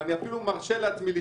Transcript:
ואני אפילו מרשה לעצמי לשואל,